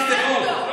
תפתחו,